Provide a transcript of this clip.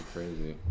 Crazy